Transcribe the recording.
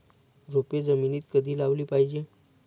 रोपे जमिनीत कधी लावली पाहिजे?